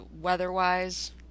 weather-wise